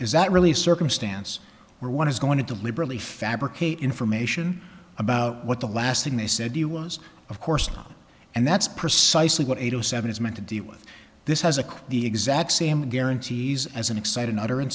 is that really a circumstance where one is going to deliberately fabricate information about what the last thing they said you was of course and that's precisely what eight o seven is meant to deal with this has occurred the exact same guarantees as an excit